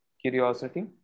Curiosity